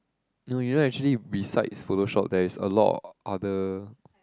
you know you know actually besides Photoshop there's a lot of other